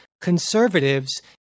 conservatives